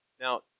now